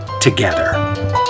together